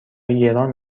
گران